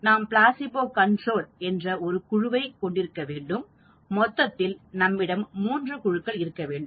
நாம் placebo control என்ற ஒரு குழுவை கொண்டிருக்க வேண்டும் மொத்தத்தில் நம்மிடம் 3 குழுக்கள் இருக்க வேண்டும்